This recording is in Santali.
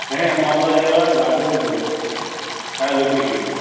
ᱦᱮᱸ ᱢᱟᱞᱫᱟ ᱡᱮᱞᱟ ᱜᱟᱡᱚᱞ ᱵᱞᱚᱠ ᱦᱮᱸ ᱞᱩᱠᱲᱤ ᱯᱤᱲ